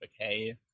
okay